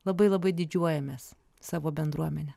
labai labai didžiuojamės savo bendruomene